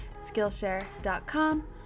skillshare.com